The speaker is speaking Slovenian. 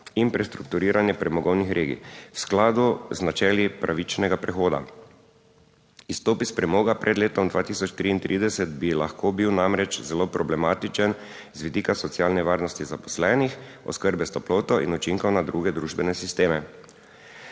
in prestrukturiranje premogovnih regij v skladu z načeli pravičnega prehoda. Izstop iz premoga pred letom 2033 bi lahko bil namreč zelo problematičen z vidika socialne varnosti zaposlenih, oskrbe s toploto in učinkov na druge družbene sisteme.